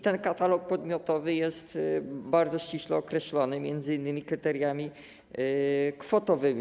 Ten katalog podmiotowy jest bardzo ściśle określony, m.in. kryteriami kwotowymi.